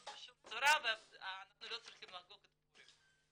בשום צורה ואנחנו לא צריכים לחגוג את פורים.